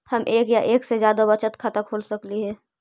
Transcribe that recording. हम एक या एक से जादा बचत खाता खोल सकली हे?